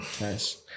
nice